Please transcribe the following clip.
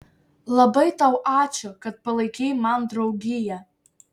labai tau ačiū kad palaikei man draugiją